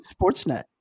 Sportsnet